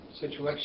situation